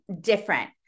different